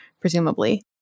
presumably